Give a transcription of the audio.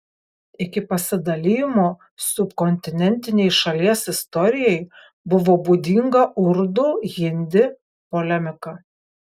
iki pasidalijimo subkontinentinei šalies istorijai buvo būdinga urdu hindi polemika